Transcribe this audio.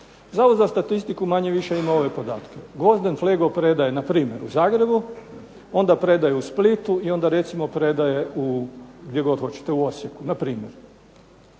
Zavod za statistiku manje više ima ove podatke. Gvozden Flego predaje npr. u Zagrebu, onda predaje u Splitu i onda recimo predaje u Osijeku npr.